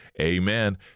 Amen